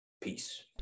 peace